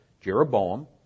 Jeroboam